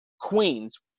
Queens